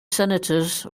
senators